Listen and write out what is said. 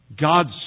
God's